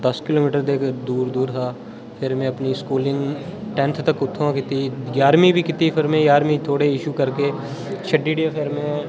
दस किलोमीटर दे दूर दूर हा फिर में अपनी स्कूलिंग टेंथ तक उत्थुआं कीती ग्यारहमी बी कीती फिर में जाह्रमी थोह्ड़े इशू करके छड्डी ओड़ी फिर में